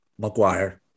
McGuire